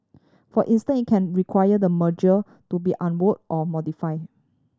for instant it can require the merger to be unwound or modify